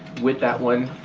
with that one,